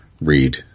Read